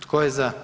Tko je za?